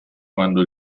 quando